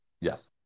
Yes